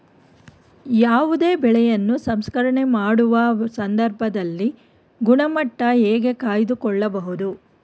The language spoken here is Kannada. ಯಾವುದೇ ಬೆಳೆಯನ್ನು ಸಂಸ್ಕರಣೆ ಮಾಡುವ ಸಂದರ್ಭದಲ್ಲಿ ಗುಣಮಟ್ಟ ಹೇಗೆ ಕಾಯ್ದು ಕೊಳ್ಳಬಹುದು?